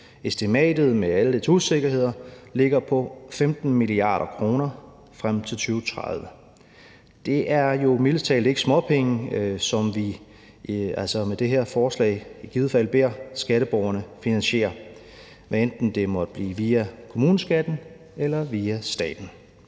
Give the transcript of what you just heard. Estimatet ligger med alle dets usikkerheder på 15 mia. kr. frem til 2030. Det er jo mildest talt ikke småpenge, som vi med dette forslag i givet fald beder skatteborgerne om at finansiere, hvad enten det måtte blive via kommuneskatten eller via staten.